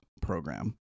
program